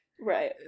Right